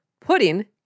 Pudding